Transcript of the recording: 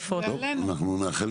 לימור סון הר מלך